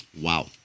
Wow